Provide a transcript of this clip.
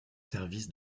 services